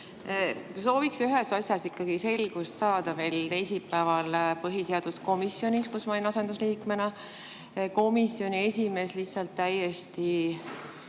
Sooviks ühes asjas ikkagi selgust saada. Teisipäeval põhiseaduskomisjonis, kus ma olin asendusliikmena, komisjoni esimees lihtsalt täiesti